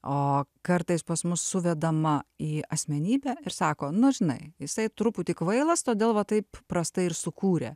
o kartais pas mus suvedama į asmenybę ir sako nu žinai jisai truputį kvailas todėl va taip prastai ir sukūrė